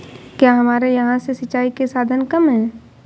क्या हमारे यहाँ से सिंचाई के साधन कम है?